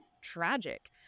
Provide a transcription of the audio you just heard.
tragic